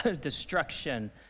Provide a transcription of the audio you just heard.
destruction